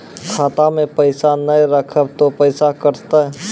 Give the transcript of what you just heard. खाता मे पैसा ने रखब ते पैसों कटते?